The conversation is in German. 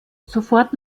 sofort